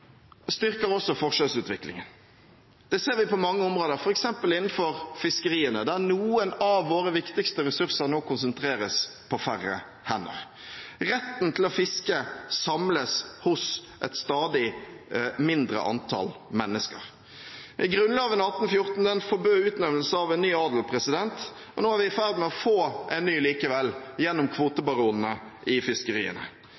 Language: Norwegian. styrker også forskjellsutviklingen. Det ser vi på mange områder, f.eks. innenfor fiskeriene, der noen av våre viktigste ressurser nå konsentreres på færre hender. Retten til å fiske samles hos et stadig mindre antall mennesker. Grunnloven av 1814 forbød utnevnelse av en ny adel, og nå er vi i ferd med å få en ny likevel, gjennom